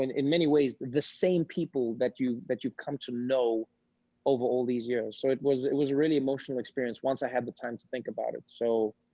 in many ways, the same people that you've that you've come to know over all these years. so it was it was a really emotional experience, once i had the time to think about it. so,